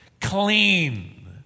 clean